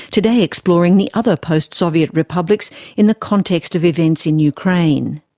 today exploring the other post-soviet republics in the context of events in ukraine.